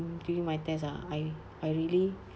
during my test ah I I really